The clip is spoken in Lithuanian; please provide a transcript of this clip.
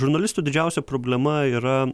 žurnalistų didžiausia problema yra